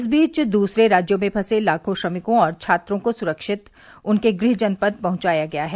इस बीच दूसरे राज्यों में फंसे लाखों श्रमिकों और छात्रों को सुरक्षित उनके गृह जनपद पहुंचाया गया है